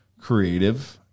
creative